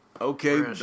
Okay